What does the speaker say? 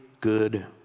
good